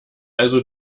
also